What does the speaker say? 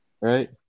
right